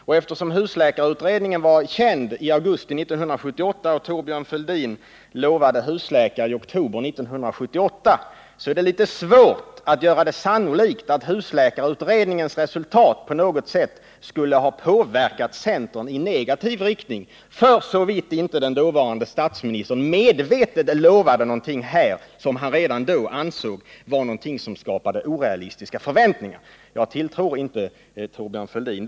Och eftersom husläkarutredningen var känd i augusti 1978 och Thorbjörn Fälldin lovade husläkare i oktober 1978, är det litet svårt att göra det sannolikt att husläkarutredningens resultat på något sätt skulle ha påverkat centern i negativ riktning — för så vitt den dåvarande statsministern inte medvetet lovade någonting som han redan då ansåg skulle skapa orealistiska förväntningar. Jag tror inte Thorbjörn Fälldin om det.